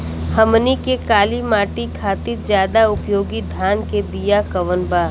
हमनी के काली माटी खातिर ज्यादा उपयोगी धान के बिया कवन बा?